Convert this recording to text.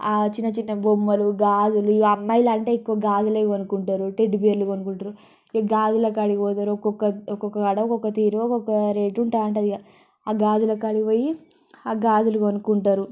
చిన్న చిన్న బొమ్మలూ గాజులు ఇక అమ్మాయిలు అంటే ఎక్కువ గాజులే కొనుక్కుంటారు టెడ్డీబేర్లు కొనుక్కుంటారు ఇంకా ఈ గాజుల కాడికి పోతారు ఒక్కొక్క ఒక్కొక్క కాడ ఒక్కొక్క తీరు ఒక్కొక్క రేటు ఉంటా ఉంటుంది ఇక ఆ గాజుల కాడికి పోయి ఆ గాజులు కొనుక్కుంటారు